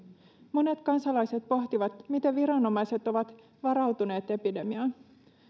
monet kansalaiset pohtivat miten viranomaiset ovat varautuneet epidemiaan